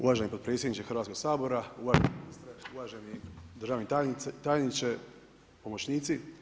Uvaženi potpredsjedniče Hrvatskog sabora. … [[Govornik nije uključen.]] uvaženi državni tajniče, pomoćnici.